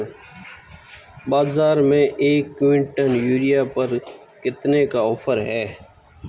बाज़ार में एक किवंटल यूरिया पर कितने का ऑफ़र है?